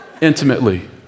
intimately